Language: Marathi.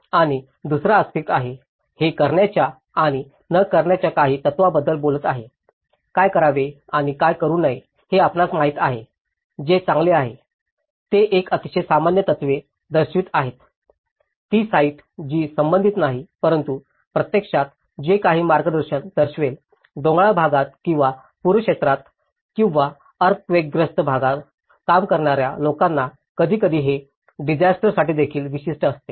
आणि दुसरा आस्पेक्ट आहे हे करण्याच्या आणि न करण्याच्या काही तत्त्वांबद्दल बोलत आहे काय करावे आणि काय करू नये हे आपणास माहित आहे जे चांगले आहे हे एक अतिशय सामान्य तत्वे दर्शवित आहेत ती साइटशी संबंधित नाही परंतु प्रत्यक्षात ते काही मार्गदर्शन दर्शवेल डोंगराळ भागात किंवा पूरक्षेत्रात किंवा अर्थक्वेकग्रस्त भागावर काम करणाऱ्या लोकांना कधीकधी हे डिसायस्टरसाठी देखील विशिष्ट असते